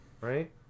right